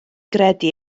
gredu